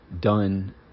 done